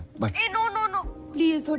bye. hey no, no no please